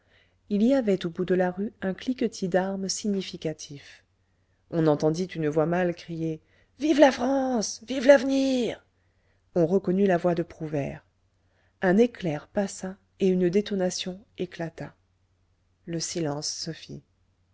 il y avait au bout de la rue un cliquetis d'armes significatif on entendit une voix mâle crier vive la france vive l'avenir on reconnut la voix de prouvaire un éclair passa et une détonation éclata le silence